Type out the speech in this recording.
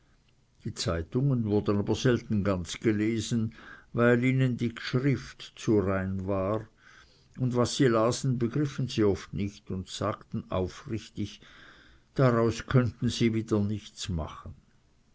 die zeitungen wurden aber selten ganz gelesen weil ihnen die gschrift zu rein war und was sie lasen begriffen sie oft nicht und sagten aufrichtig daraus könnten sie wieder nichts machen